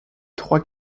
trois